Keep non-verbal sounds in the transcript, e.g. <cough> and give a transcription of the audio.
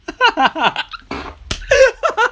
<laughs>